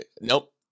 Nope